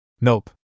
Nope